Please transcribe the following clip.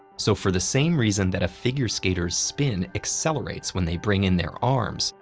so for the same reason that a figure skater's spin accelerates when they bring in their arms,